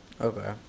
Okay